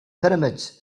pyramids